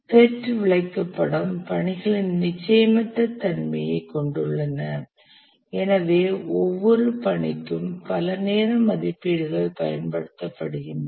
PERT விளக்கப்படம் பணிகளின் நிச்சயமற்ற தன்மையைக் கொண்டுள்ளன எனவே ஒவ்வொரு பணிக்கும் பல நேர மதிப்பீடுகள் பயன்படுத்தப்படுகின்றன